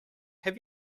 have